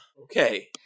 Okay